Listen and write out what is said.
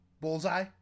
Bullseye